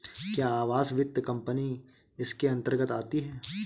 क्या आवास वित्त कंपनी इसके अन्तर्गत आती है?